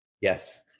Yes